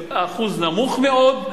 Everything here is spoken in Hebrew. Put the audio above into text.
אחוז נמוך מאוד,